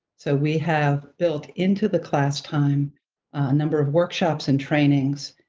so we have built into the class time a number of workshops and trainings,